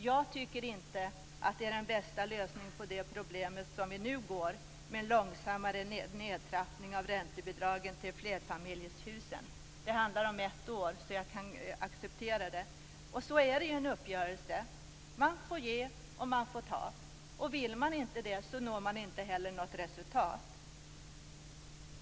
Jag tycker inte att det som vi nu gör, med långsammare nedtrappning av räntebidragen till flerfamiljshusen, är den bästa lösningen på det problemet. Men det handlar om ett år, så jag kan acceptera det. Så är det i en uppgörelse - man får ge och man får ta. Vill man inte det når man inte heller något resultat.